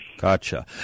Gotcha